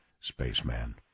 Spaceman